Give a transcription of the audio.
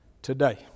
today